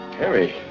Harry